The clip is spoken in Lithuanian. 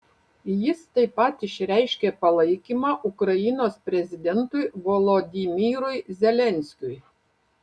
jis taip pat išreiškė palaikymą ukrainos prezidentui volodymyrui zelenskiui